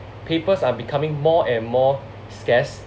papers are becoming more and more scarce